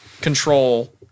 control